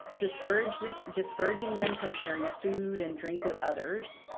discouraging discouraging them from sharing food and drink with others,